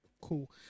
Cool